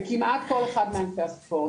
בכמעט כל אחד מענפי הספורט,